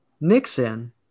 Nixon